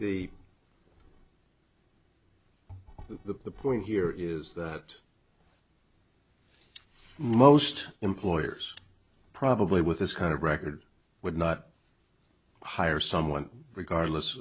you the point here is that most employers probably with this kind of record would not hire someone regardless